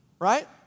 Right